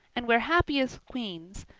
and we're happy as queens,